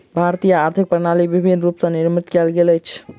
भारतीय आर्थिक प्रणाली विभिन्न रूप स निर्मित कयल गेल अछि